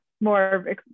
more